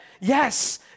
yes